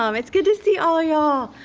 um it's good to see all y'all!